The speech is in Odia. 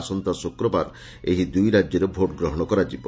ଆସନ୍ତା ଶୁକ୍ରବାର ଏହି ଦୁଇ ରାଜ୍ୟରେ ଭୋଟ୍ ଗ୍ରହଣ କରାଯିବ